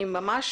אני ממש